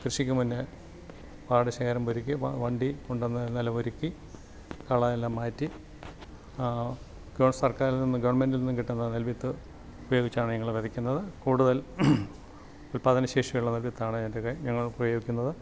കൃഷിക്ക് മുന്നേ പാടശേഖരം ഒരുക്കി വണ്ടി കൊണ്ടുവന്ന് നിലം ഒരുക്കി കളയെല്ലാം മാറ്റി മിക്കവാറും ഗവൺമെന്റിൽ നിന്ന് കിട്ടുന്ന നെൽവിത്ത് ഉപയോഗിച്ച് ആണ് ഞങ്ങൾ വിതയ്ക്കുന്നത് കൂടുതൽ ഉൽപ്പാദനശേഷിയുള്ള നെൽവിത്താണ് ഞങ്ങൾ പ്രയോഗിക്കുന്നത്